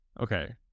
Okay